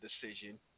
decision